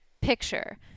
picture